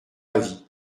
avis